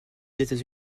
états